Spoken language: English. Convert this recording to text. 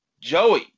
Joey